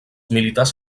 militars